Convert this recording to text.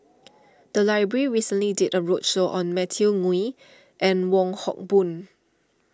the library recently did a roadshow on Matthew Ngui and Wong Hock Boon